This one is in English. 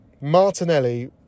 Martinelli